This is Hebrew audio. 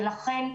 לכן,